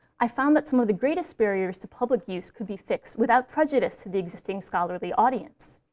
i found that some of the greatest barriers to public use could be fixed without prejudice to the existing scholarly audience.